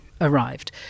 arrived